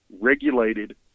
regulated